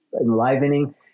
enlivening